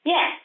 Yes